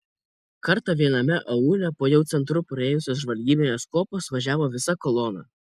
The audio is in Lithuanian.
kartą viename aūle po jau centru praėjusios žvalgybinės kuopos važiavo visa kolona